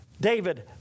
David